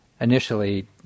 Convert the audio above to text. initially